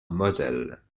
moselle